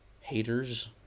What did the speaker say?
Haters